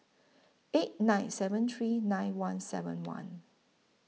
eight nine seven three nine one seven one